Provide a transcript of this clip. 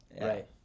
Right